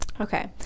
Okay